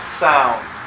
sound